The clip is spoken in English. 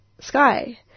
Sky